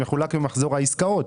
מחולק במחזור העסקאות".